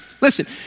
Listen